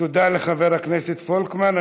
תודה לחבר הכנסת פולקמן.